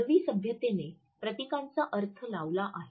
मानवी सभ्यतेने प्रतीकांचा शोध लावला आहे